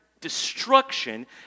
destruction